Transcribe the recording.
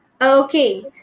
Okay